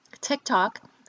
TikTok